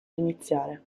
iniziare